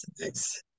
nice